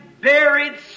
buried